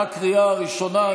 בקריאה ראשונה.